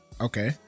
Okay